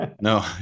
no